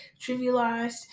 trivialized